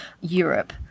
Europe